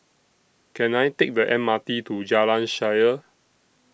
Can I Take The M R T to Jalan Shaer